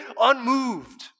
unmoved